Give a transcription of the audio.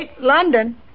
London